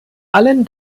allen